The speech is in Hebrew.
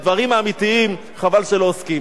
בדברים האמיתיים חבל שלא עוסקים.